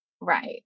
Right